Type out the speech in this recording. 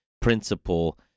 principle